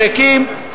ריקים,